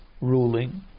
ruling